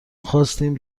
خواستیم